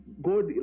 god